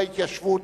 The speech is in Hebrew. בהתיישבות,